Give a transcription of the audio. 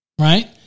right